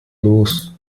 los